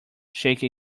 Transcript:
shake